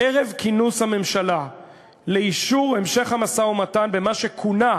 ערב כינוס הממשלה לאישור המשך המשא-ומתן במה שכונה,